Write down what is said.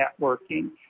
networking